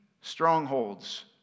strongholds